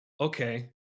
okay